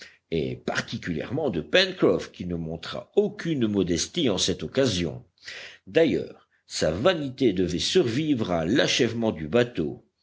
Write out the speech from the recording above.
et particulièrement de pencroff qui ne montra aucune modestie en cette occasion d'ailleurs sa vanité devait survivre à l'achèvement du bateau